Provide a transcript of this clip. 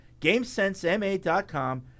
GameSenseMA.com